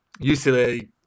UCLA